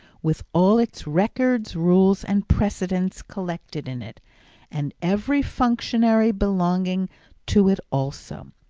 with all its records, rules, and precedents collected in it and every functionary belonging to it also,